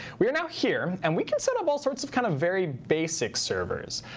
we are now here. and we can set up all sorts of kind of very basic servers.